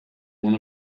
one